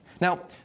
Now